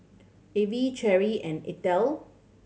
Evie Cherrie and Eithel